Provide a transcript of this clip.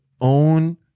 own